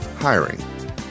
hiring